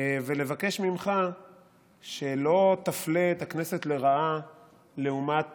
ולבקש ממך שלא תפלה את הכנסת לרעה לעומת